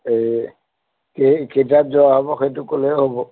এই কেই কেইটাত যোৱা হ'ব সেইটো ক'লেই হ'ব